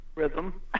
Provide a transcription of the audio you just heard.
rhythm